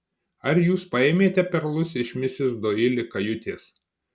ar jūs paėmėte perlus iš misis doili kajutės